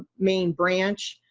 main branch.